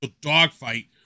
dogfight